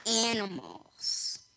animals